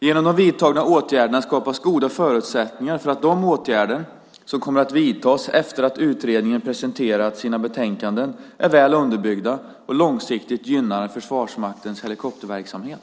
Genom de vidtagna åtgärderna skapas goda förutsättningar för att de åtgärder som kommer att vidtas efter att utredningen presenterat sina betänkanden är väl underbyggda och långsiktigt gynnar Försvarsmaktens helikopterverksamhet.